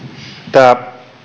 tämä